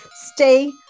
Stay